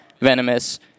venomous